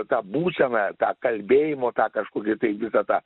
tą būseną tą kalbėjimo tą kažkokį tai visą tą